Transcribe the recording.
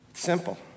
simple